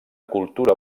cultura